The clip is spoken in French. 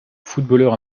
footballeur